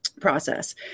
process